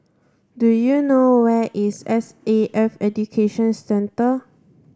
do you know where is S A F Education Centre